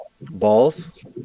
balls